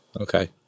Okay